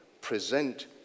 present